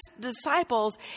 disciples